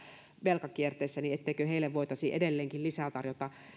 velkakierteessä voitaisi edelleenkin lisää tarjota